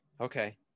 Okay